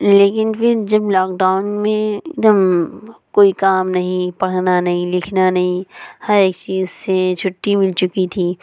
لیکن پھر جب لاک ڈاؤن میں ایک دم کوئی کام نہیں پڑھنا نہیں لکھنا نہیں ہر ایک چیز سے چھٹی مل چکی تھی